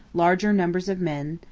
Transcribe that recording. larger numbers of men,